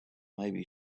maybe